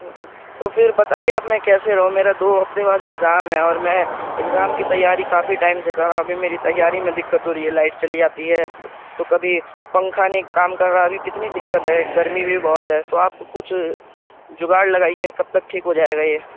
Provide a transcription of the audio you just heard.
تو پھر بتائیے آپ میں کیسے رہا ہوں میرا دو ہفتے بعد ایگزام ہے اور میں اگزام کی تیاری کافی ٹائم سے کر رہا ہوں ابھی میری تیاری میں دقت ہو رہی ہے لائٹ چلی جاتی ہے تو کبھی پنکھا نہیں کام کر رہا ابھی کتنی دقت ہے گرمی بھی بہت ہے تو آپ کچھ جگاڑ لگائیے کب تک ٹھیک ہو جائے گا یہ